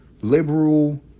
liberal